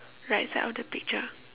right side of the picture